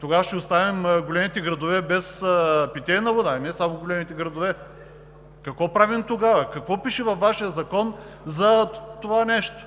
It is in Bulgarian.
Тогава ще оставим големите градове без питейна вода ли? И не само големите градове. Какво правим тогава? Какво пише във Вашия закон за това нещо?